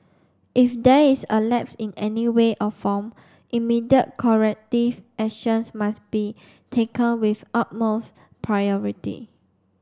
if there is a lapse in any way or form immediate corrective actions must be taken with utmost priority